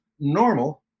normal